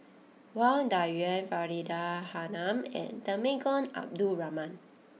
Wang Dayuan Faridah Hanum and Temenggong Abdul Rahman